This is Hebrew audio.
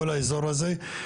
כל האזור הזה,